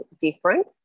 different